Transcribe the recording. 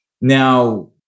now